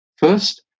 First